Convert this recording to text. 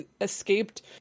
escaped